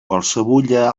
qualsevulla